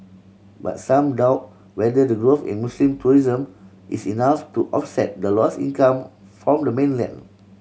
but some doubt whether the growth in Muslim tourism is enough to offset the lose income from the